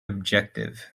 objective